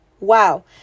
Wow